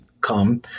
come